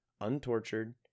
untortured